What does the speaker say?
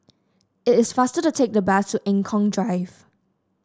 it is faster to take the bus to Eng Kong Drive